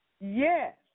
Yes